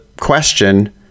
question